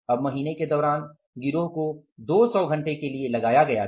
अब महीने के दौरान गिरोह को 200 घंटे के लिए लगाया गया था